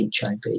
HIV